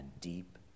deep